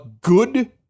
good